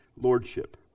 Lordship